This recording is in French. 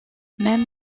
même